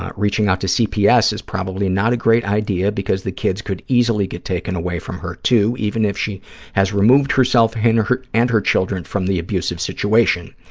ah reaching out to cps is probably not a great idea because the kids could easily get taken away from her, too, even if she has removed herself and her and her children from the abusive situation.